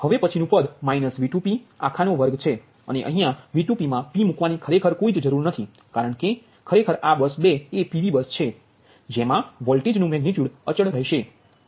હવે પછી નુ પદ માઇનસ V2p અખાનો વર્ગ છે અને અહિયા V2p મા p મૂકવાની ખરેખર જરૂર નથી કારણ કે આ ખરેખર આ બસ 2 એ એક PV બસ છે જે મા વોલ્ટેજનુ મેગનિટ્યુડ અચલ રહેશે